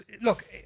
Look